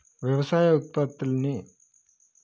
వ్యవసాయ ఉత్పత్తుల్ని